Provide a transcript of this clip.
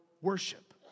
worship